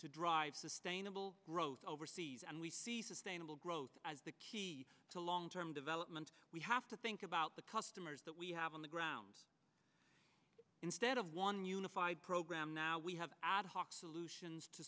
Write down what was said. o drive sustainable growth overseas and we see sustainable growth as the key to long term development we have to think about the customers that we have on the ground instead of one unified program now we have ad hoc solutions to